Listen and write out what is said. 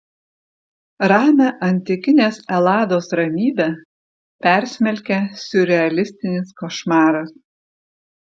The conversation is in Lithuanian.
ramią antikinės elados ramybę persmelkia siurrealistinis košmaras